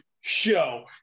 show